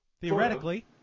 Theoretically